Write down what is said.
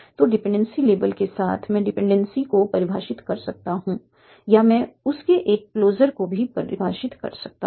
तो dependency label के साथ मैं एक डिपेंडेंसी को परिभाषित कर सकता हूं या मैं उस के एक क्लोजर को भी परिभाषित कर सकता हूं